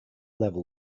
level